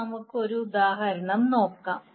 ഇനി നമുക്ക് ഒരു ഉദാഹരണം നോക്കാം